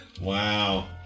Wow